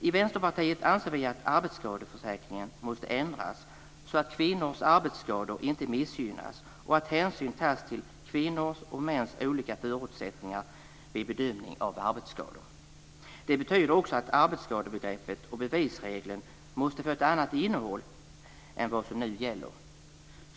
I Vänsterpartiet anser vi att arbetsskadeförsäkringen måste ändras, så att kvinnors arbetsskador inte missgynnas och att hänsyn tas till kvinnors och mäns olika förutsättningar vid bedömning av arbetsskador. Det betyder också att arbetsskadebegreppet och bevisregeln måste få ett annat innehåll än vad som nu gäller.